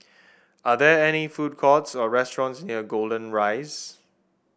are there any food courts or restaurants near Golden Rise